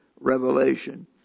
Revelation